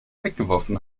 weggeworfen